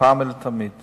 אחת ולתמיד